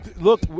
look